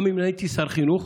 גם אם הייתי שר חינוך,